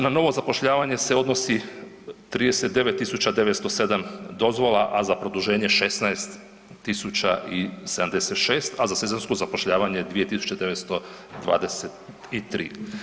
Na novo zapošljavanje se odnosi 39907 dozvola, a za produženje 16076, a za sezonsko zapošljavanje 2923.